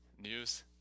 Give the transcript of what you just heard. News